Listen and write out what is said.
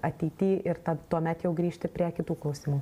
ateity ir tad tuomet jau grįžti prie kitų klausimų